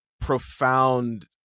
profound